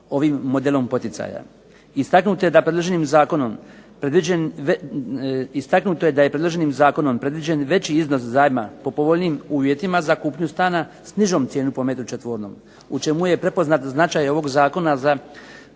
čemu je prepoznat značaj ovog zakona za poticanje